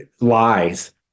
lies